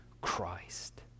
Christ